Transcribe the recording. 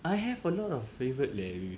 I have a lot of favorite leh